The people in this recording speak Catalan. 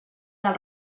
del